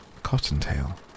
Cottontail